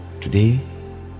today